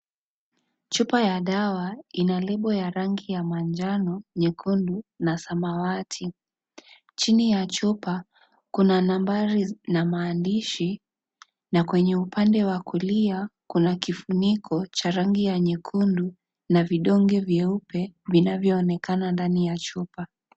Chupa ya dawa ina lebo ya rangi ya manjano nyekundu na samawati, chini ya chupa kuna nambari na maandishi na kwenye upande wa kulia kuna kifuniko cha rangi ya nyekundu na vidonge vyeupe vinavyo onekana ndani ya chupa.